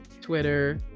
Twitter